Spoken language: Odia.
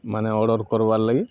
ମାନେ ଅର୍ଡ଼ର୍ କର୍ବାର୍ ଲାଗି